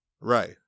right